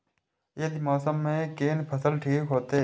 ई मौसम में कोन फसल ठीक होते?